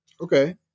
Okay